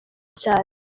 cyane